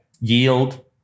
yield